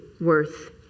worth